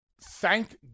Thank